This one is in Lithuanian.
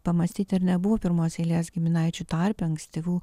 pamąstyti ar nebuvo pirmos eilės giminaičių tarpe ankstyvų